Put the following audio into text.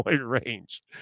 range